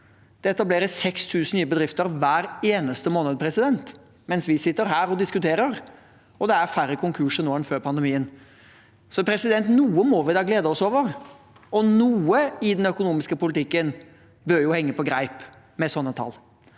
Det etableres 6 000 nye bedrifter hver eneste måned mens vi sitter her og diskuterer, og det er færre konkurser nå enn før pandemien. Noe må vi da glede oss over, og noe i den økonomiske politikken bør jo henge på greip med sånne tall.